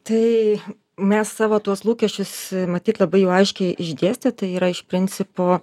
tai mes savo tuos lūkesčius matyt labai jau aiškiai išdėstė tai yra iš principo